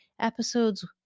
episodes